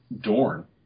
Dorn